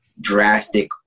drastic